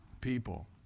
people